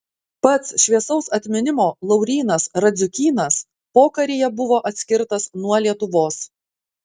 pats šviesaus atminimo laurynas radziukynas pokaryje buvo atskirtas nuo lietuvos